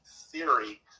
theory